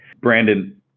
Brandon